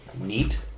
neat